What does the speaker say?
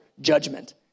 judgment